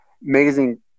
Amazing